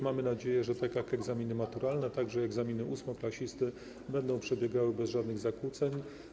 Mamy nadzieję, że tak jak egzaminy maturalne, także egzaminy ósmoklasisty będą przebiegały bez żadnych zakłóceń.